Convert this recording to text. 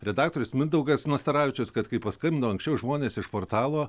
redaktorius mindaugas nastaravičius kad kai paskambino anksčiau žmonės iš portalo